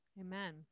Amen